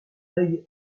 œil